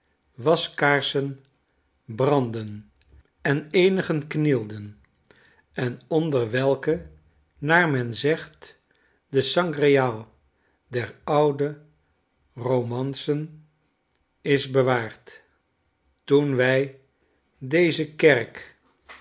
waskaarsen brandden en eenigen knielden en onder welke naar men zegt de sangreal der oude romancen is bewaard toen wij deze kerk